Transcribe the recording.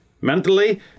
mentally